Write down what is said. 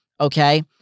Okay